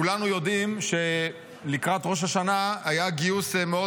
כולנו יודעים שלקראת ראש השנה היה גיוס מאוד